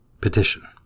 Petition